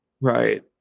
right